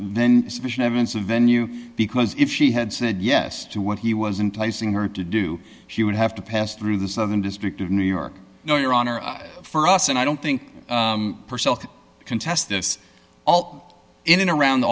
then sufficient evidence of venue because if she had said yes to what he wasn't placing her to do she would have to pass through the southern district of new york you know your honor for us and i don't think herself contests this all in and around